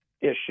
issue